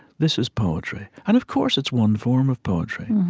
this is poetry. and of course it's one form of poetry.